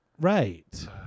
right